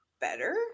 better